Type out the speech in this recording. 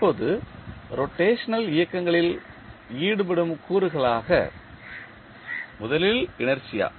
இப்போது ரொட்டேஷனல் இயக்கங்களில் ஈடுபடும் கூறுகளாக முதலில் இனர்ஷியா